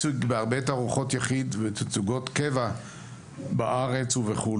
הציג בהרבה תערוכות יחיד ותצוגות קבע בארץ ובחו"ל,